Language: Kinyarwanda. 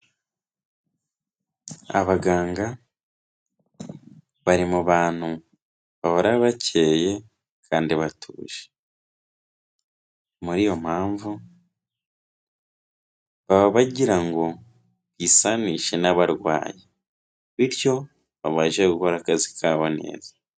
Abaganga bari mu bantu bahora bakeye kandi batuje, muri iyo mpamvu baba bagira ngo bisanishe n'abarwayi bityo babashe gukora akazi kabo neza.